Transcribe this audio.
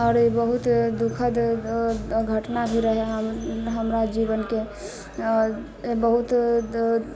आओर ई बहुत दुखद घटना भी रहै हमरा जीवनके बहुत